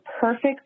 perfect